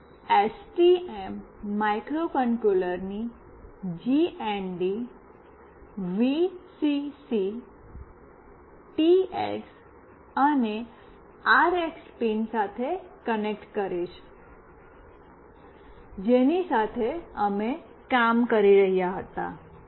હું એસટીએમ માઇક્રોકન્ટ્રોલરની GND VCC TX અને આરએક્સ પિન સાથે કનેક્ટ કરીશ જેની સાથે અમે કામ કરી રહ્યા હતા